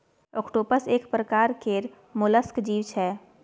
octopus एक परकार केर मोलस्क जीव छै